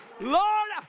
Lord